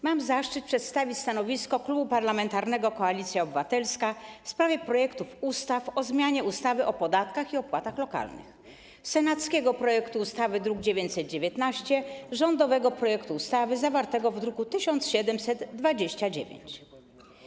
Mam zaszczyt przedstawić stanowisko Klubu Parlamentarnego Koalicja Obywatelska w sprawie projektów ustaw o zmianie ustawy o podatkach i opłatach lokalnych: senackiego projektu ustawy zawartego w druku nr 919 i rządowego projektu ustawy zawartego w druku nr 1729.